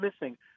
missing